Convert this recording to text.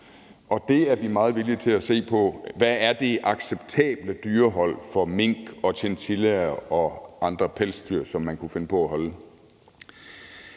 Det er vi meget villige til at se på, altså hvad det acceptable dyrehold for mink og chinchillaer og andre pelsdyr, som man kunne finde på at holde,